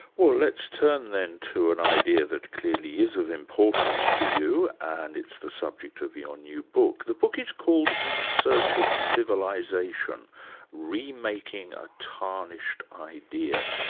well let's turn then to an idea that clearly is of importance to you, and it's the subject of your new book. the book is called in search of civilisation remaking a tarnished idea.